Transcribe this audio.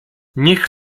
niech